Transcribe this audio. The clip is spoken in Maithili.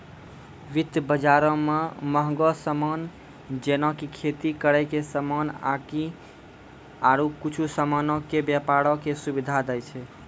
वित्त बजारो मे मंहगो समान जेना कि खेती करै के समान आकि आरु कुछु समानो के व्यपारो के सुविधा दै छै